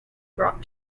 brought